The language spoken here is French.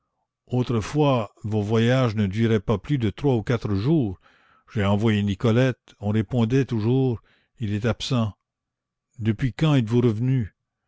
autrefois vos voyages ne duraient pas plus de trois ou quatre jours j'ai envoyé nicolette on répondait toujours il est absent depuis quand êtes-vous revenu